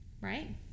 right